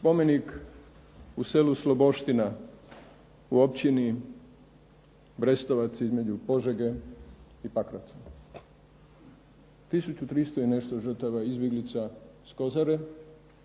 spomenik u selu Sloboština, u općini Brestovac između Požege i Pakraca, tisuću 300 i nešto žrtava izbjeglica s Kozare,